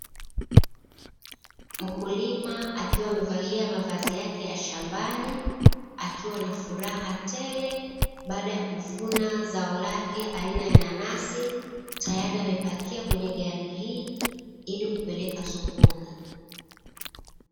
Mkulima akiwa amevalia mavazi yake ya shambani akiwa na furaha tele baada ya kuvuna zao lake aina ya nanasi, tayari amepakia kwenye gari hii ili kupeleka sokoni.